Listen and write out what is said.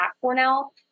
Cornell